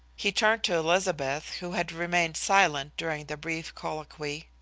he turned to elizabeth, who had remained silent during the brief colloquy.